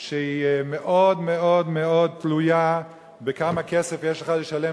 שהיא מאוד תלויה בכמה כסף יש לך לשלם